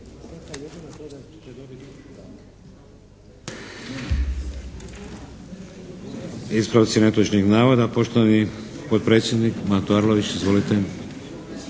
Ispravci netočnih navoda, poštovani podpredsjednik Mato Arlović. Izvolite.